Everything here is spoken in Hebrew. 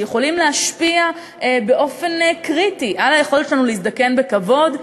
שיכולים להשפיע באופן קריטי על היכולת שלנו להזדקן בכבוד,